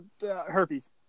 Herpes